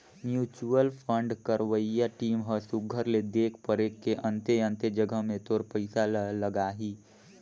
mutual fund करवइया team ह सुग्घर ले देख परेख के अन्ते अन्ते जगहा में तोर पइसा ल लगाहीं